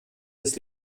des